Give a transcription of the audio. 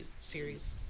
series